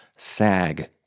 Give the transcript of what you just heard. SAG